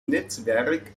netzwerk